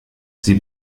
sie